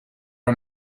are